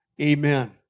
Amen